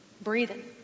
breathing